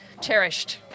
cherished